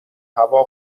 هوا